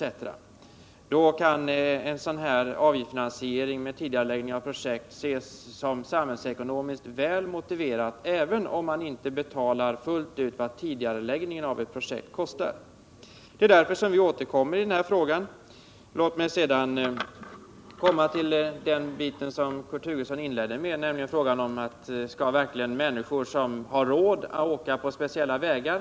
Mot bakgrund av sådana kostnader kan en avgiftsfinansiering i syfte att tidigarelägga projekt ses som samhällsekonomiskt väl motiverad, även om man inte betalar fullt ut vad tidigareläggningen av ett projekt kostar. Det är därför vi återkommer i den här frågan. Låt mig sedan komma till den bit som Kurt Hugosson inledde med, nämligen frågan: Skall verkligen människor som har råd åka på speciella vägar?